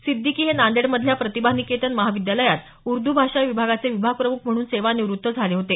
सिद्दिकी हे नांदेड मधल्या प्रतिभा निकेतन महाविद्यालयात ऊर्द भाषा विभागाचे विभाग प्रमुख म्हणून सेवानिवृत्त झाले होते